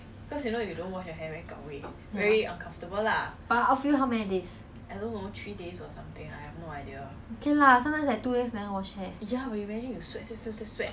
that's why they botak mah botak then nothing [what] they can cut again